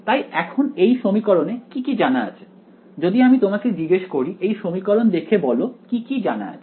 তাই এখন এই সমীকরণে কি কি জানা আছে যদি আমি তোমাকে জিজ্ঞেস করি এই সমীকরণ দেখে বল কি কি জানা আছে